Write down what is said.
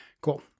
Cool